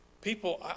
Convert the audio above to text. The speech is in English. People